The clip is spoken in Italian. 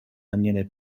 daniele